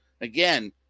Again